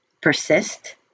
Persist